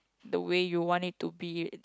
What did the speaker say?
the way you want it to be